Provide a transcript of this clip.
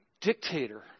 dictator